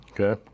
Okay